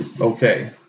okay